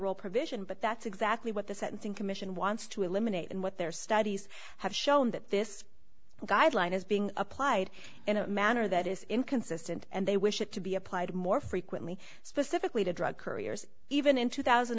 role provision but that's exactly what the sentencing commission wants to eliminate and what their studies have shown that this guideline is being applied in a manner that is inconsistent and they wish it to be applied more frequently specifically to drug couriers even in two thousand